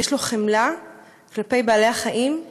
ויש לו חמלה כלפי בעלי-החיים,